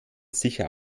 sicher